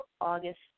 August